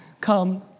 come